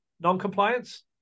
non-compliance